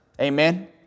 Amen